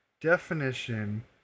Definition